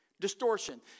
Distortion